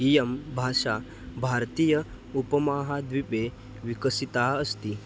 इयं भाषा भारतीय उपमाः द्वीपे विकसिता अस्ति